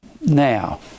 Now